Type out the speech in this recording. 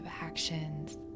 actions